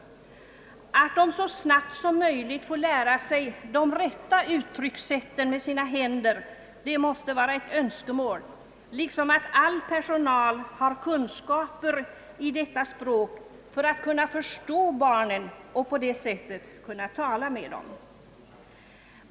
Att de så snabbt som möjligt får lära sig de rätta uttryckssätten med sina händer måste vara ett önskemål, liksom att all personal har kunskaper i detta språk för att kunna förstå barnen och på det sättet kunna tala med dem.